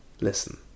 listen